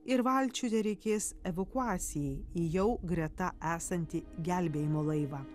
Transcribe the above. ir valčių tereikės evakuacijai į jau greta esantį gelbėjimo laivą